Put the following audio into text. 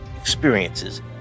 experiences